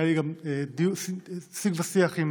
היה לי גם שיג ושיח עם